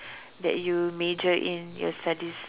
that you major in your studies